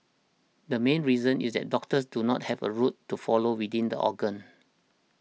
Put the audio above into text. the main reason is that doctors do not have a route to follow within the organ